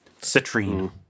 Citrine